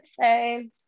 say